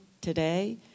today